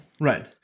Right